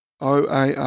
OAR